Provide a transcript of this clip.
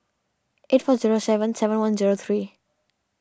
eight four zero seven seven one zero three